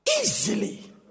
Easily